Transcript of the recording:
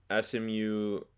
SMU